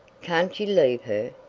can't you leave her?